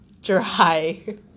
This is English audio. dry